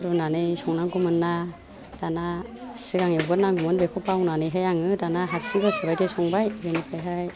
रुनानै संनांगौमोन्ना दाना सिगां एवग्रो नांगौमोन बेखौ बावनानैहाइ आङो दाना हारसिं गोसो बायदि संबाय बिनिफ्रायहाइ